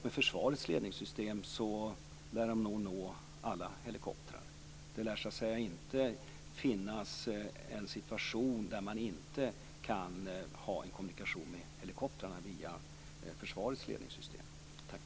Med försvarets ledningssystem lär man nå alla helikoptrar. Det lär inte finnas en situation där man inte kan ha en kommunikation med helikoptrarna via försvarets ledningssystem.